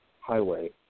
highway